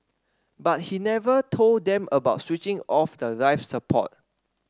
but he never told them about switching off the life support